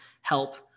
help